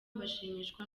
bashimishwa